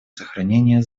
сохранение